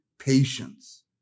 patience